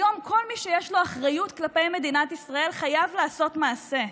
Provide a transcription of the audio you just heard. היום כל מי שיש לו אחריות כלפי מדינת ישראל חייב לעשות מעשה.